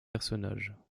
personnages